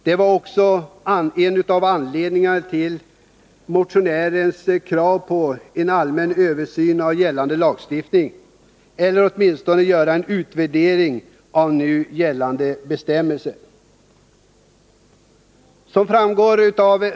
Det var en av anledningarna till vårt krav på en allmän översyn av gällande lagstiftning eller på åtminstone en utvärdering av gällande bestämmelser.